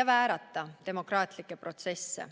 ja väärata demokraatlikke protsesse.